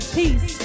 Peace